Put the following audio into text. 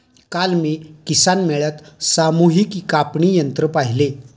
काल मी किसान मेळ्यात सामूहिक कापणी यंत्र पाहिले